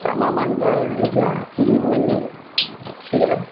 এমাহমান যায় আৰু তেতিয়া খীৰায়